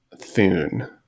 Thune